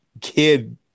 kid